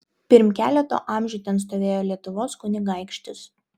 pirm keleto amžių ten stovėjo lietuvos kunigaikštis